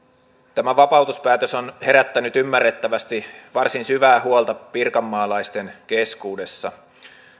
tämä vapautuspäätös on herättänyt ymmärrettävästi varsin syvää huolta pirkanmaalaisten keskuudessa